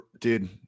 dude